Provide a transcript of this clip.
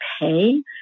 pay